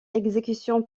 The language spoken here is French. exécution